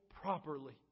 properly